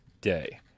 Day